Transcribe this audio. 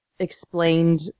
explained